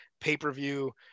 pay-per-view